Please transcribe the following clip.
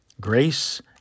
Grace